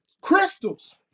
crystals